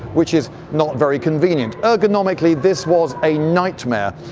which is not very convenient. ergonomically this was a nightmare.